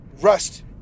rust